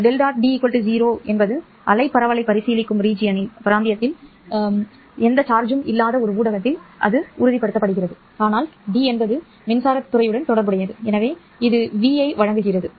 WaveD ¿0 ஏனெனில் அலை பரவலைப் பரிசீலிக்கும் பிராந்தியத்தில் இலவச கட்டணங்கள் எதுவும் இல்லை ஆனால் ́D என்பது மின்சாரத் துறையுடன் தொடர்புடையது எனவே இது V ஐ வழங்குகிறது